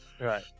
Right